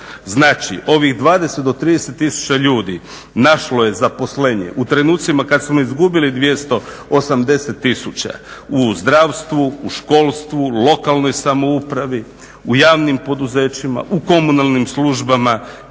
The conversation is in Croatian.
Znači ovih 20 do 30 tisuća ljudi našlo je zaposlenje u trenucima kada smo izgubili 280 tisuća u zdravstvu, u školstvu, lokalnoj samoupravi, u javnim poduzećima, u komunalnim službama